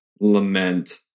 lament